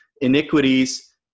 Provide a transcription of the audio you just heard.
iniquities